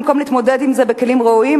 במקום להתמודד עם זה בכלים הראויים,